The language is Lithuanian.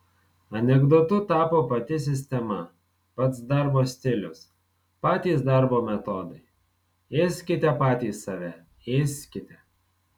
anekdotu tapo pati sistema pats darbo stilius patys darbo metodai ėskite patys save ėskite